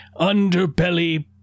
underbelly